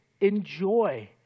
enjoy